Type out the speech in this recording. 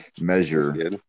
measure